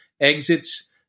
exits